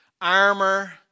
armor